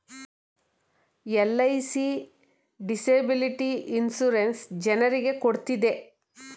LIC disability insurance ಜನರಿಗೆ ಕೊಡ್ತಿದೆ